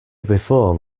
before